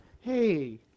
hey